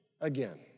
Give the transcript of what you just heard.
again